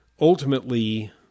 Ultimately